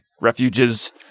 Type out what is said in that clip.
refuges